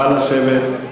נא לשבת.